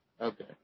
Okay